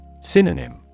Synonym